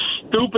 stupid